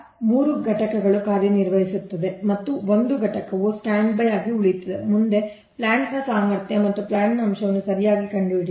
ಆದ್ದರಿಂದ 3 ಘಟಕಗಳು ಕಾರ್ಯನಿರ್ವಹಿಸುತ್ತವೆ ಮತ್ತು 1 ಘಟಕವು ಸ್ಟ್ಯಾಂಡ್ಬೈ ಆಗಿ ಉಳಿಯುತ್ತದೆ ಮುಂದೆ ಪ್ಲಾಂಟ್ ನ್ ಸಾಮರ್ಥ್ಯ ಮತ್ತು ಪ್ಲಾಂಟ್ ನ ಅಂಶವನ್ನು ಸರಿಯಾಗಿ ಕಂಡುಹಿಡಿಯಿರಿ